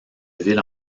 villes